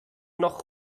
noch